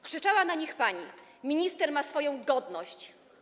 Krzyczała do nich pani: minister ma swoją godność.